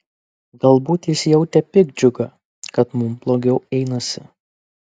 galbūt jis jautė piktdžiugą kad mums blogiau einasi